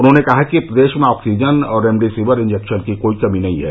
उन्होंने कहा कि प्रदेश में ऑक्सीजन और रेमडेसिविर इंजेक्शन की कोई कमी नहीं है